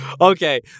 Okay